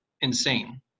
insane